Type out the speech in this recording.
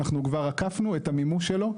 אנחנו כבר עקפנו את המימוש שלו.